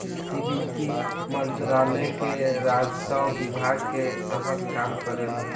इ वित्त मंत्रालय के राजस्व विभाग के तहत काम करेला